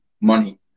money